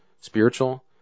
spiritual